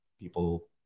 people